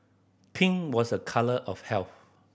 pink was a colour of health